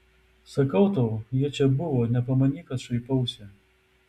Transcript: sakau tau jie čia buvo nepamanyk kad šaipausi